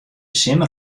simmer